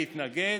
להתנגד.